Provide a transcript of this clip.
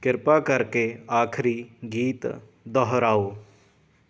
ਕਿਰਪਾ ਕਰਕੇ ਆਖਰੀ ਗੀਤ ਦੁਹਰਾਓ